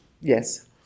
Yes